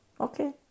Okay